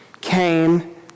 came